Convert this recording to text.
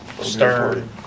Stern